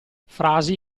frasi